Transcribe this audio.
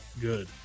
good